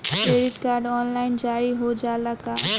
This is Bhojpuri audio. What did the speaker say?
क्रेडिट कार्ड ऑनलाइन जारी हो जाला का?